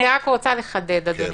אני רק רוצה לחדד, אדוני.